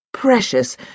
Precious